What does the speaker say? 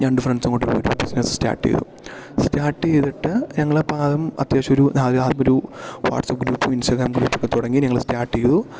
രണ്ട് ഫ്രണ്ട്സുംകൂടെ പോയിട്ടൊരു ബിസ്നസ് സ്റ്റാർട്ട് ചെയ്തു സ്റ്റാർട്ട് ചെയ്തിട്ട് ഞങ്ങൾ അപ്പം അത്യാവശ്യം ഒരു ആ ഒരു വാട്സപ്പ് ഗ്രൂപ്പും ഇൻസ്റ്റഗ്രാം ഗ്രൂപ്പൊക്കെ തുടങ്ങി ഞങ്ങൾ സ്റ്റാർട്ട് ചെയ്തു